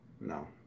no